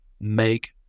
make